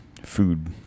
food